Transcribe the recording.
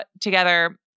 together